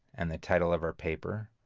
and the title of our paper,